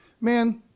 Man